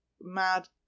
mad